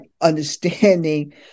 understanding